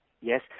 yes